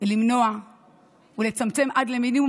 למנוע ולצמצם עד למינימום,